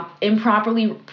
improperly